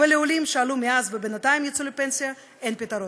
ולעולים שעלו מאז ובינתיים יצאו לפנסיה אין פתרון.